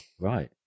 right